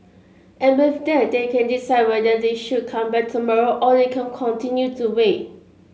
and with that they can decide whether they should come back tomorrow or they can continue to wait